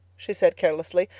she said carelessly.